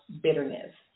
bitterness